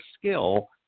skill